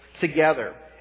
together